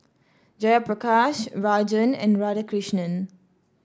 Jayaprakash Rajan and Radhakrishnan